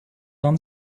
haben